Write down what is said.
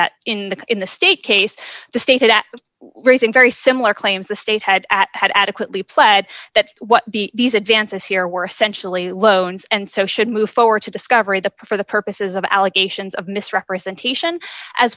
that in the in the state case the state at raising very similar claims the state had at had adequately pled that what the these advances here were essentially loans and so should move forward to discovery the for the purposes of allegations of misrepresentation as